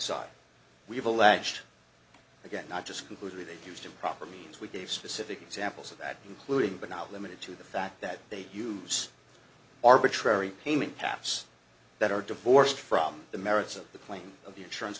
side we've alleged again not just completely that used improper means we gave specific examples of that including but not limited to the fact that they use arbitrary payment caps that are divorced from the merits of the claim of the insurance